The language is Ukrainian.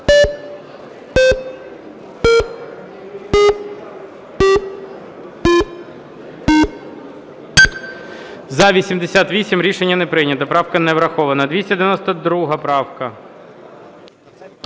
За-88 Рішення не прийнято. Правка не врахована. 292 правка.